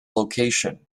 location